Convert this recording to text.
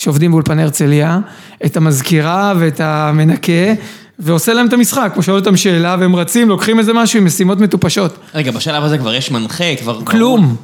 שעובדים באולפני ארצליה, את המזכירה ואת המנקה ועושה להם את המשחק, הוא שואל אותם שאלה והם רצים, לוקחים איזה משהו עם משימות מטופשות. רגע, בשאלה הזאת כבר יש מנחה, כבר... כלום.